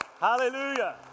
Hallelujah